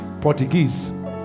Portuguese